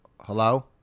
Hello